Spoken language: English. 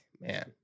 man